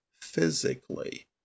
physically